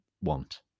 want